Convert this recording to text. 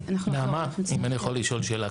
נעמה, אם אני יכול לשאול שאלה.